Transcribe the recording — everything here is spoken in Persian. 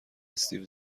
استیو